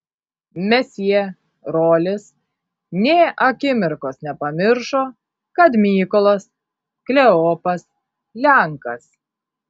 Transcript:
mesjė rolis nė akimirkos nepamiršo kad mykolas kleopas lenkas